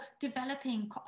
developing